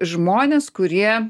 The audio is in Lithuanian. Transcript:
žmonės kurie